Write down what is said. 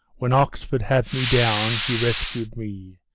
when oxford had me down, he rescu'd me,